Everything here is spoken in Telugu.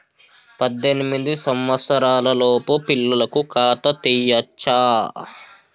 పద్దెనిమిది సంవత్సరాలలోపు పిల్లలకు ఖాతా తీయచ్చా?